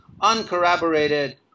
uncorroborated